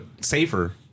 safer